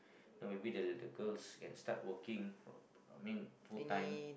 no maybe the the girls can start working from I mean full time